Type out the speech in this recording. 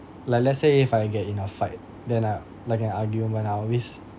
like let's say if I get in a fight then I like an argument I always